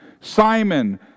Simon